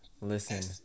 Listen